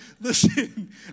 listen